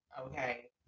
Okay